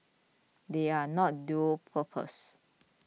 they are not dual purpose